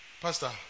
Pastor